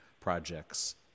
projects